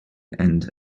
and